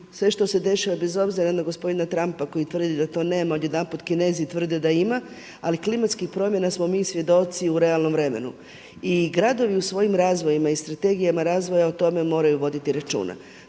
sve što se dešava bez obzira na gospodina Trumpa koji tvrdi da to nema odjedanput. Kinezi tvrde da ima. Ali klimatskih promjena smo mi svjedoci u realnom vremenu. I gradovi u svojim razvojima i strategijama razvoja o tome moraju voditi računa,